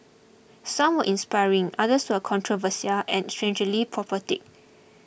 some were inspiring others were controversial and strangely prophetic